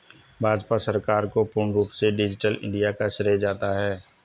भाजपा सरकार को पूर्ण रूप से डिजिटल इन्डिया का श्रेय जाता है